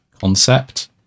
concept